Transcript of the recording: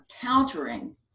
countering